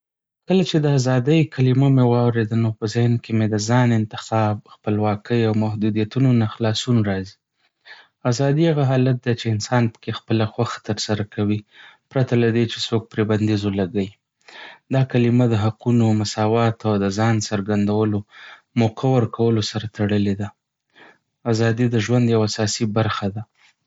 کله چې د "آزادۍ" کلمه مې واورېده، نو په ذهن کې مې د ځان انتخاب، خپلواکۍ، او د محدودیتونو نه خلاصون راځي. آزادي هغه حالت دی چې انسان پکې خپله خوښه ترسره کوي، پرته له دې چې څوک پرې بندیز ولګوي. دا کلمه د حقونو، مساواتو، او د ځان څرګندولو موقع ورکولو سره تړلې ده. آزادي د ژوند یوه اساسي برخه ده